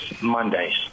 Mondays